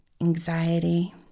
anxiety